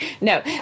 no